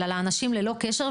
אלא לאנשים ללא קשר,